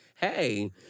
hey